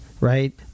right